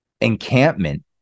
encampment